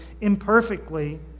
imperfectly